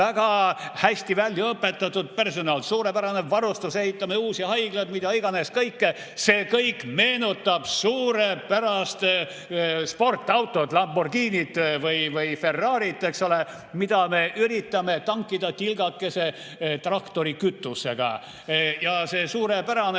väga hästi välja õpetatud personal, suurepärane varustus, ehitame uusi haiglaid, mida iganes, kõike. See kõik meenutab suurepärast sportautot, Lamborghinit või Ferrarit, eks ole, mida me üritame tankida tilgakese traktorikütusega. See suurepärane